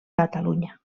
catalunya